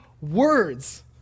words